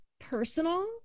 personal